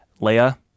Leia